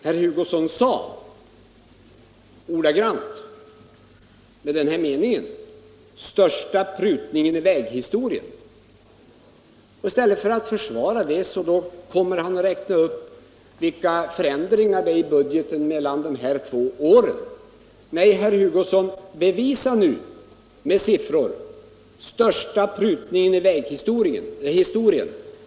Herr Hugosson talade ordagrant om ”den största prutningen i väghistorien”. I stället för att försvara sitt yttrande räknar han upp vilka förändringarna i budgeten är mellan de två senaste budgetåren. Nej, herr Hugosson, bevisa nu med siffror ”största prutningen i väghistorien”!